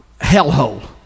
hellhole